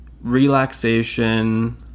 relaxation